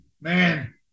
man